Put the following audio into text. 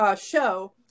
show